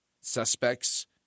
suspects